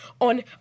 on